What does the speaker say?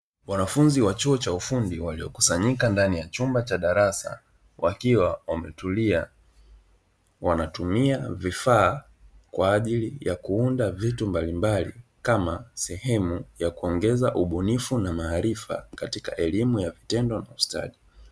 Wanafunzi wa chuo cha ufundi waliokusanyika ndani ya chumba cha darasa, wakiwa wametulia wanatumia vifaa kwa ajili ya kuunda vitu mbalimbali kama sehemu ya kuongeza ubunifu na maarifa katika elimu ya vitendo na ustawi.